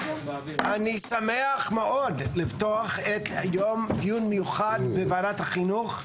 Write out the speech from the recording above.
אני שמח מאוד לפתוח את היום דיון מיוחד בוועדת החינוך,